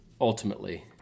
ultimately